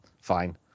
Fine